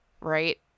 right